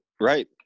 right